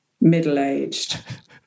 middle-aged